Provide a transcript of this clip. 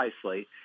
precisely